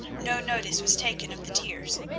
no notice was taken of the tears.